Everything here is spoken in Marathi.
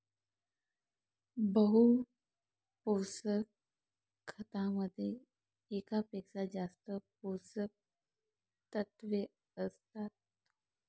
बहु पोषक खतामध्ये एकापेक्षा जास्त पोषकतत्वे असतात